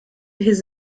his